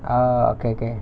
ah okay okay